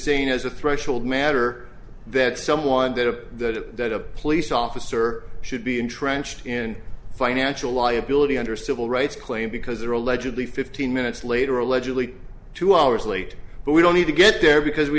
seen as a threshold matter that someone did a that a police officer should be entrenched in financial liability under civil rights claim because they're allegedly fifteen minutes later allegedly two hours late but we don't need to get there because we